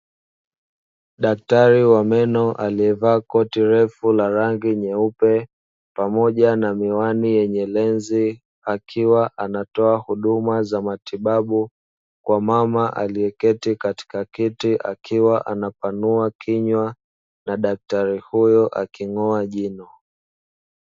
Daktari wa meno aliyevaa koti refu la rangi nyeupe pamoja na miwani yenye lenzi, akiwa anatoa huduma za matibabu kwa mama aliyeketi katika kiti, akiwa anapanua kinywa na daktari huyo aking'oa jino.